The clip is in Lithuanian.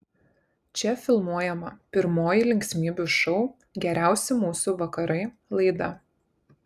čia filmuojama pirmoji linksmybių šou geriausi mūsų vakarai laida